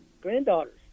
granddaughters